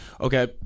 okay